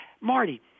Marty